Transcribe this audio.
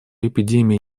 эпидемия